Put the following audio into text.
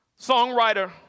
Songwriter